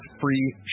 free